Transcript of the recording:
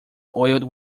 oiled